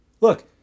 Look